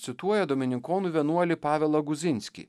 cituoja domininkonų vienuolį pavelą guzinskį